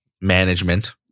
management